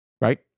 right